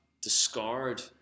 discard